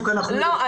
לא,